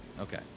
Okay